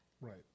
Right